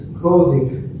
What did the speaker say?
clothing